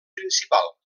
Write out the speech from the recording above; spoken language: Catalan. principal